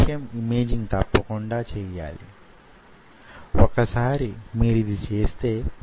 మీరు ఉపరితలం మీద ఎచ్చింగ్ కొనసాగిస్తున్నారనుకుందాము